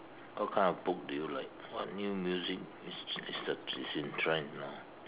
what kind of book do you like what new music is is the is in trend you know